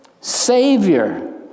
Savior